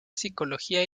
psicología